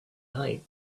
night